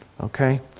okay